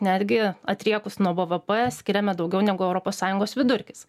netgi atriekus nuo bvp skiriame daugiau negu europos sąjungos vidurkis